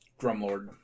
Drumlord